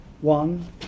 one